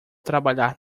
trabalhar